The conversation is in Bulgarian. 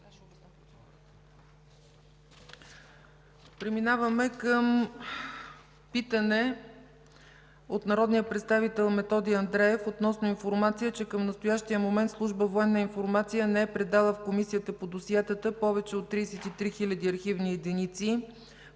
Преминаваме към питане от народния представител Методи Андреев относно информация, че към настоящия момент Служба „Военна информация“ не е предала в Комисията по досиетата повече от 33 хиляди архивни единици.